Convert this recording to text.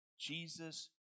Jesus